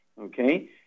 Okay